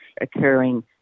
occurring